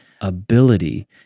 ability